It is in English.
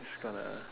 just gonna